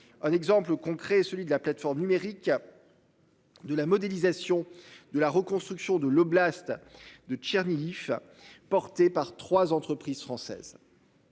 Un exemple concret, celui de la plateforme numérique. De la modélisation de la reconstruction de l'oblast de Tchernihiv. Porté par 3 entreprises françaises.